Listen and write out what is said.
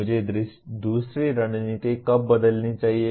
मुझे दूसरी रणनीति कब बदलनी चाहिए